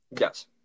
Yes